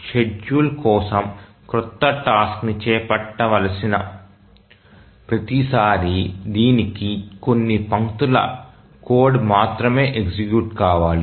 schedule కోసం క్రొత్త టాస్క్ని చేపట్టాల్సిన ప్రతి సారీ దీనికి కొన్ని పంక్తుల కోడ్ మాత్రమే ఎగ్జిక్యూట్ కావాలి